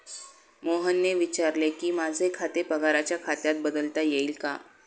मोहनने विचारले की, माझे खाते पगाराच्या खात्यात बदलता येईल का